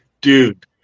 dude